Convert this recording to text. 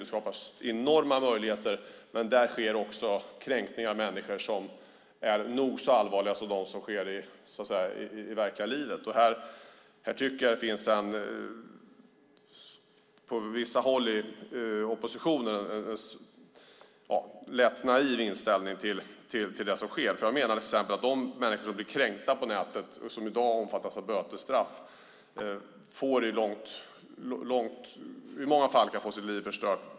Det skapar enorma möjligheter. Men där sker också kränkningar av människor som är nog så allvarliga som dem som sker i verkliga livet, så att säga. Här tycker jag att det på vissa håll i oppositionen finns en lätt naiv inställning till det som sker. Jag menar till exempel att de människor som blir kränkta på nätet - ett brott som i dag omfattas av bötesstraff - i många fall kan få sina liv förstörda.